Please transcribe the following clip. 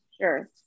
Sure